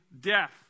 death